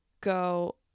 go